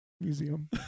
Museum